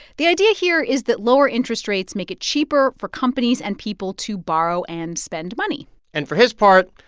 the idea here is that lower interest rates make it cheaper for companies and people to borrow and spend money and for his part,